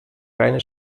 reine